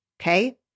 Okay